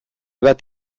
bat